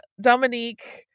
Dominique